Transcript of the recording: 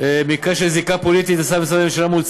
במקרה של זיקה פוליטית לשר משרי הממשלה,